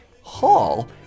Hall